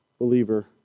believer